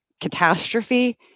catastrophe